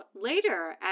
later